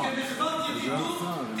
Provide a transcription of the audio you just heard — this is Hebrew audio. כמחוות ידידות,